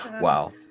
Wow